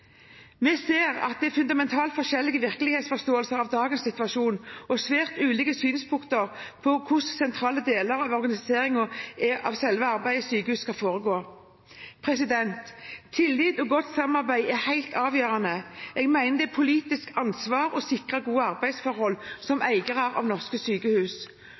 Vi ser at det er fundamentalt forskjellige virkelighetsforståelser av dagens situasjon, og svært ulike synspunkter på hvordan sentrale deler av organiseringen av selve arbeidet i sykehuset skal foregå. Tillit og godt samarbeid er helt avgjørende. Jeg mener det er politikernes ansvar å sikre gode arbeidsforhold – som eiere av norske sykehus.